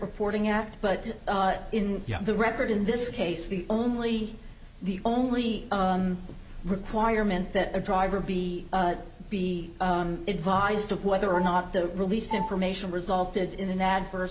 reporting act but in the record in this case the only the only requirement that a driver be be advised of whether or not the released information resulted in an ad